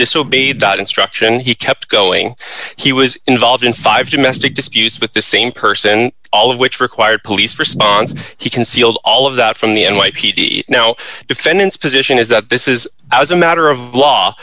disobeyed that instruction he kept going he was involved in five domestic disputes with the same person all of which required police response and he concealed all of that from the n y p d now defendant's position is that this is as a matter of law